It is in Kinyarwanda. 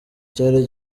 cyari